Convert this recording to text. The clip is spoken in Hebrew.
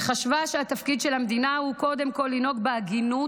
וחשבה שהתפקיד של המדינה הוא קודם כול לנהוג בהגינות